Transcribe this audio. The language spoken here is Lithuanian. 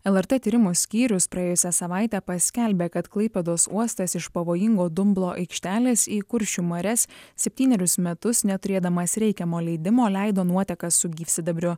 lrt tyrimų skyrius praėjusią savaitę paskelbė kad klaipėdos uostas iš pavojingo dumblo aikštelės į kuršių marias septynerius metus neturėdamas reikiamo leidimo leido nuotekas su gyvsidabriu